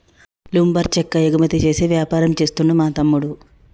lumber చెక్క ఎగుమతి చేసే వ్యాపారం చేస్తుండు మా తమ్ముడు